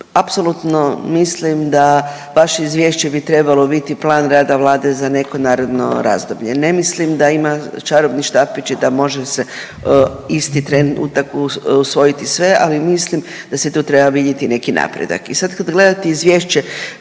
apsolutno mislim da baš izvješće bi trebalo biti plan rada Vlade za neko naredno razdoblje, ne mislim da ima čarobni štapić i da može se isti tren usvojiti sve, ali mislim da se tu treba vidjeti neki napredak.